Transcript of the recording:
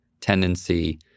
tendency